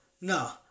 No